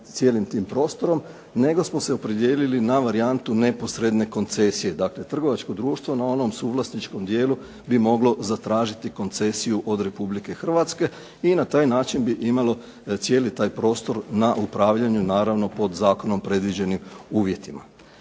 cijelim tim prostorom, nego smo se opredijelili na varijantu neposredne koncesije, dakle trgovačko društvo na onom suvlasničkom dijelu bi moglo zatražiti koncesiju od Republike Hrvatske i na taj način bi imalo cijeli taj prostor na upravljanju naravno pod zakonom predviđenim uvjetima.